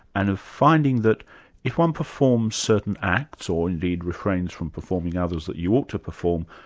and of finding that if one performs certain acts, or indeed refrains from performing others that you ought to perform,